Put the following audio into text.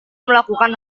melakukan